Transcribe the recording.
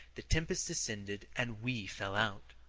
the tempest descended and we fell out.